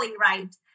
right